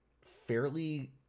fairly